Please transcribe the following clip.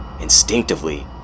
Instinctively